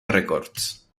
records